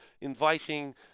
Inviting